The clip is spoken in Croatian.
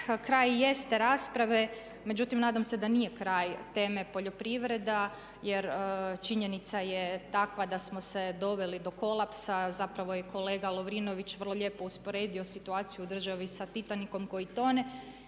kraj jeste rasprave, međutim nadam se da nije kraj teme poljoprivreda jer činjenica je takva da smo se doveli do kolapsa. Zapravo je kolega Lovrinović vrlo lijepo usporedio situaciju u državi sa Titanikom koji tone.